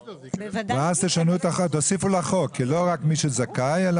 אז תוסיפו לחוק לא רק מי שזכאי.